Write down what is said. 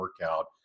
workout